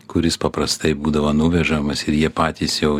kuris paprastai būdavo nuvežamas ir jie patys jau